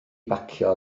bacio